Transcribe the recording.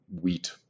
wheat